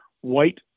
white